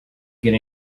get